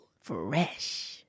fresh